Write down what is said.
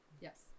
yes